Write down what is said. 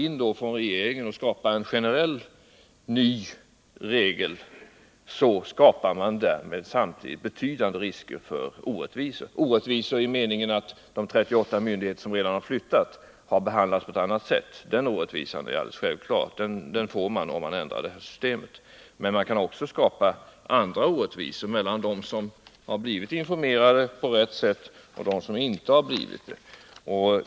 Om regeringen nu utfärdar en ny generell regel, så uppstår betydande risker för orättvisor. Jag avser då orättvisor i den meningen att personalen vid de 38 myndigheter som redan flyttat har behandlats på ett annat sätt. Det är alldeles självklart att man skapar en sådan orättvisa om man ändrar på det här systemet, men man kan också skapa orättvisor mellan dem som i det här fallet har blivit informerade på rätt sätt och dem som inte har blivit det.